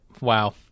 Wow